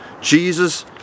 Jesus